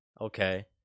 Okay